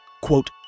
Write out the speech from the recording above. quote